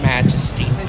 Majesty